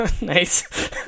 Nice